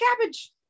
cabbage